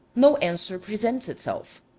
no answer presents itself.